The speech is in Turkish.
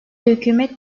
hükümet